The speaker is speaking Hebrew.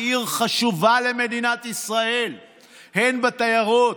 היא עיר חשובה למדינת ישראל הן בתיירות,